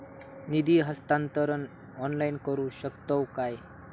निधी हस्तांतरण ऑनलाइन करू शकतव काय?